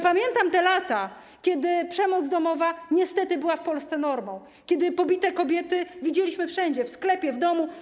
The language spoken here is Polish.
Pamiętam te lata, kiedy przemoc domowa niestety była w Polsce normą, kiedy pobite kobiety widzieliśmy wszędzie: w sklepie, w domu.